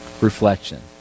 reflection